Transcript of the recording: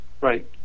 Right